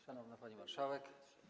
Szanowna Pani Marszałek!